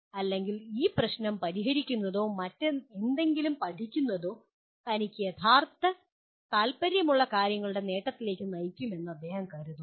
അല്ലെങ്കിൽ ഈ പ്രശ്നം പരിഹരിക്കുന്നതോ എന്തെങ്കിലും പഠിക്കുന്നതോ തനിക്ക് യഥാർഥ താൽപ്പര്യമുള്ള കാര്യങ്ങളുടെ നേട്ടത്തിലേക്ക് നയിക്കുമെന്ന് അദ്ദേഹം കരുതുന്നു